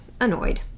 annoyed